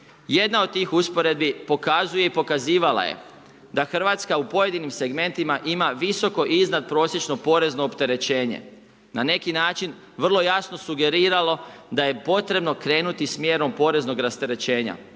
Jedna od tih usporedbi pokazuje i pokazivala je da Hrvatska u pojedinim segmentima ima visoko iznadprosječno porezno opterećenje, na neki način vrlo jasno sugeriralo da je potrebno krenuti s mjerom poreznog rasterećenja,